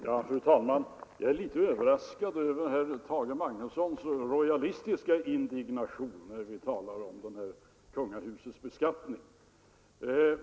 Fru talman! Jag är litet överraskad över herr Tage Magnussons rojalistiska indignation när vi talar om kungahusets beskattning.